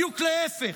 בדיוק להפך,